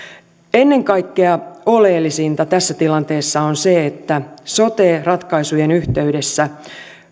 ennen kaikkea oleellisinta tässä tilanteessa on se että sote ratkaisujen yhteydessä